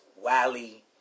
wally